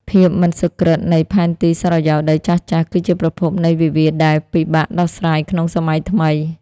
ភាពមិនសុក្រឹតនៃផែនទីសុរិយោដីចាស់ៗ គឺជាប្រភពនៃវិវាទដែលពិបាកដោះស្រាយក្នុងសម័យថ្មី។